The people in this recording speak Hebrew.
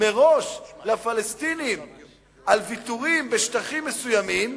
מראש לפלסטינים ויתורים בשטחים מסוימים